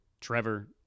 Trevor